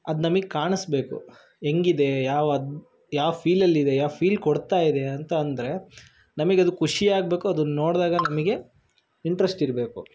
ಅದು ನಮಗೆ ಕಾಣಿಸ್ಬೇಕು ಹೆಂಗಿದೆ ಯಾವ ಅದು ಯಾವ ಫೀಲಲ್ಲಿದೆ ಯಾವ ಫೀಲ್ ಕೊಡ್ತಾ ಇದೆ ಅಂತ ಅಂದರೆ ನಮಗೆ ಅದು ಖುಷಿಯಾಗಬೇಕು ಅದನ್ನು ನೋಡಿದಾಗ ನಮಗೆ ಇಂಟ್ರೆಸ್ಟ್ ಇರಬೇಕು